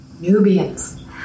Nubians